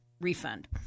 refund